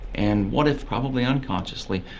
and what if, probably unconsciously,